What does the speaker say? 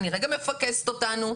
אני רקע מפקסת אותנו,